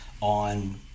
on